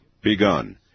begun